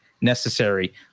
necessary